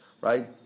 right